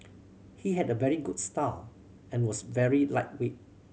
he had a very good style and was very lightweight